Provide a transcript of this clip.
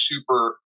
super